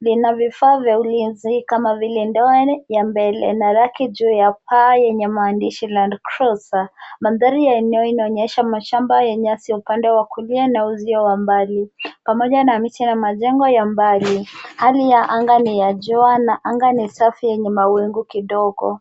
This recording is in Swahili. Lina vifaa vya ulinzi kama vile ndoano ya mbele na raki juu ya paa yenye maandishi LandCruiser . Mandhari ya eneo inaonyesha mashamba ya nyasi upande wa kulia na uzio wa mbali pamoja na miche na majengo ya mbali. Hali ya anga ni ya jua na anga ni safi yenye mawingu kidogo.